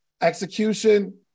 Execution